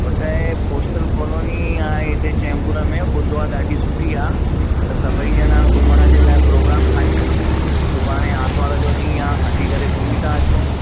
ॿुधाए postal colony आहे हिते चेम्बूर में ॿुधो आहे ॾाढी सुठी आहे त सभई ॼणा घुमण जे लाइ प्रोग्राम ठाहियूं सुभाणे आरितवार जो ॾींहुं आहे हली करे घुमी था अचूं